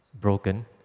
broken